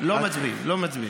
לא מצביעים, לא מצביעים.